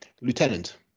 lieutenant